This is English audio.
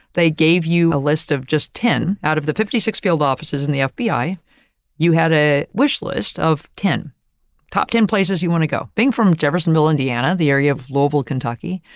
they gave you a list of just ten out of the fifty six field offices in the fbi. you had a wish list of ten top ten places you want to go being from jeffersonville, indiana, the area of louisville, kentucky.